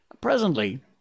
Presently